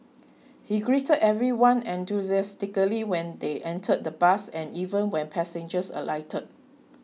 he greeted everyone enthusiastically when they entered the bus and even when passengers alighted